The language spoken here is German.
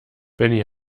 benny